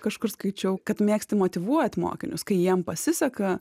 kažkur skaičiau kad mėgsti motyvuot mokinius kai jiem pasiseka